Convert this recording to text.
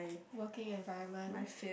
working environment